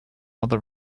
other